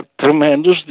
tremendous